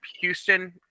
Houston